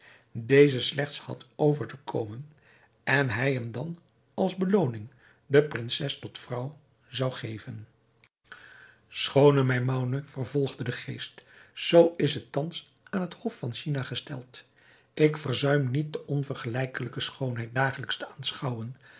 deze slechts had over te komen en hij hem dan als belooning de prinses tot vrouw zou geven schoone maimoune vervolgde de geest zoo is het thans aan het hof van china gesteld ik verzuim niet de onvergelijkelijke schoonheid dagelijks te aanschouwen